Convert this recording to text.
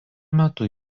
metu